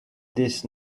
this